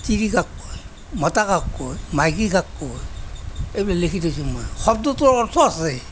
তিৰি কাক কয় মতা কাক কয় মাইকী কাক কয় এইবিলাক লিখি থৈছোঁ মই শব্দটোৰ অৰ্থ আছে